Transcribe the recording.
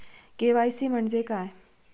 KYC म्हणजे काय?